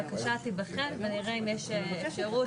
הבקשה תיבחן ונראה אם יש אפשרות.